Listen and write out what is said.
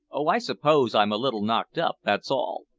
oh, i suppose i'm a little knocked up, that's all.